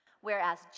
whereas